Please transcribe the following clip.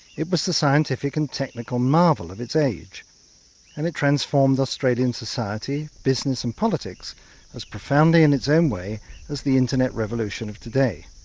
it was the scientific and technical marvel of its age and it transformed australian society, business and politics as profoundly in its own way as the internet revolution of today.